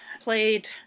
played